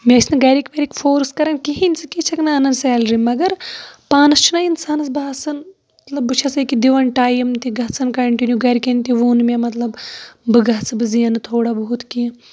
مےٚ ٲسۍ نہٕ گرِکۍ وَرکۍ فورس کران کِہینۍ ژٕ کیازِ چھَکھ نہٕ اَنان سیلری مَگر پانَس چھُنہ اِنسانَس باسان مطلب بہٕ چھَس ییٚکیاہ دِوان ٹایم تہِ گژھان کَنٹِنیو گرِکٮ۪ن تہِ ووٚن مطلب بہٕ گژھٕ بہٕ زینہٕ تھوڑا بہت کیٚنہہ